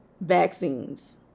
vaccines